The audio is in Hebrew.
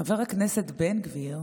חבר הכנסת בן גביר,